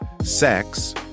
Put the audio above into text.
sex